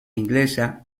inglesa